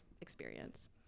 experience